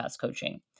coaching